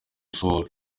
sol